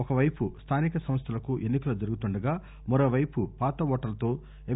ఒక పైపు స్దానిక సంస్దలకు ఎన్ని కలు జరుగుతుండగా మరోవైపు పాత ఓటర్లతో ఎం